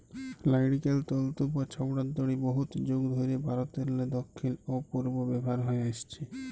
লাইড়কেল তল্তু বা ছবড়ার দড়ি বহুত যুগ ধইরে ভারতেরলে দখ্খিল অ পূবে ব্যাভার হঁয়ে আইসছে